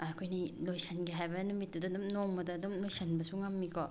ꯑꯩꯈꯣꯏꯅ ꯂꯣꯏꯁꯤꯟꯒꯦ ꯍꯥꯏꯕ ꯅꯨꯃꯤꯠꯇꯨꯗ ꯑꯗꯨꯝ ꯅꯣꯡꯃꯗ ꯑꯗꯨꯝ ꯂꯣꯏꯁꯟꯕꯁꯨ ꯉꯝꯃꯤꯀꯣ